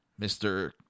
Mr